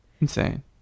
insane